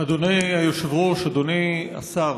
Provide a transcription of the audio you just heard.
אדוני היושב-ראש, אדוני השר,